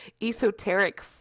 esoteric